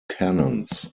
canons